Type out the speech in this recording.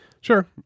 Sure